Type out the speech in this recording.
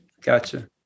Gotcha